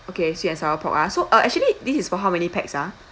okay sweet and sour pork ah so uh actually this is for how many pax ah